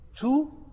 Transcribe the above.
two